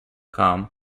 com